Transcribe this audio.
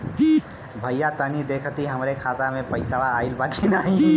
भईया तनि देखती हमरे खाता मे पैसा आईल बा की ना?